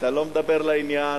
אתה לא מדבר לעניין,